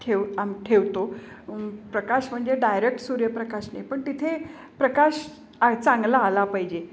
ठेव आम ठेवतो प्रकाश म्हणजे डायरेक्ट सूर्यप्रकाश नाही पण तिथे प्रकाश चांगला आला पाहिजे